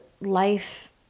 life